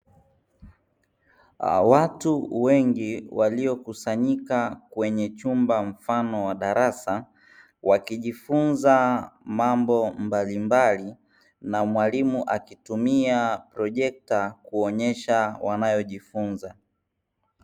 Watu wengi walio kusanyika kwenye chumba mfano wa darasa wakijifunza mambo mbalimbali na mwalimu akitumia projekta kuonyesha wanayo jifunza.